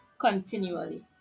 continually